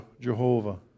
Jehovah